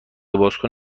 بازکن